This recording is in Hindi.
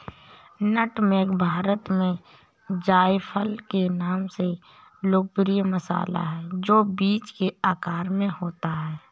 नट मेग भारत में जायफल के नाम से लोकप्रिय मसाला है, जो बीज के आकार में होता है